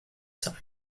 side